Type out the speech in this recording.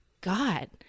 God